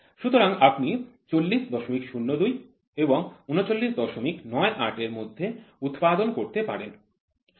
সুতরাং আপনি ৪০০২ এবং ৩৯৯৮ এর মধ্যে উৎপাদন করতে পারেন